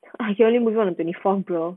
slowly move on on twenty four bro